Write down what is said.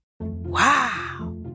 Wow